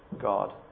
God